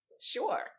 Sure